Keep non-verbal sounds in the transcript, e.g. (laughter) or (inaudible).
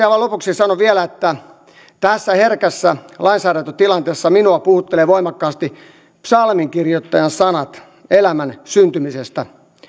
(unintelligible) aivan lopuksi sanon vielä että tässä herkässä lainsäädäntötilanteessa minua puhuttelee voimakkaasti psalminkirjoittajan sanat elämän syntymisestä